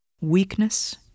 weakness